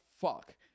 fuck